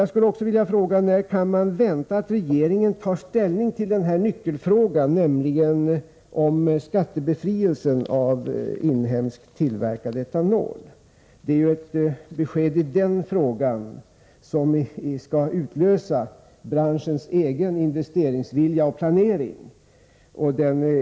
Jag skulle också vilja fråga: När kan man vänta att regeringen tar ställning till nyckelfrågan, nämligen den om skattebefrielse för inhemskt tillverkad etanol? Det är ett besked i den frågan som skall utlösa branschens investeringsvilja och planering.